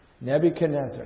Nebuchadnezzar